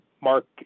Mark